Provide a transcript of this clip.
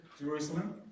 Jerusalem